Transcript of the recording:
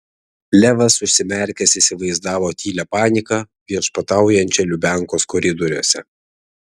levas užsimerkęs įsivaizdavo tylią paniką viešpataujančią lubiankos koridoriuose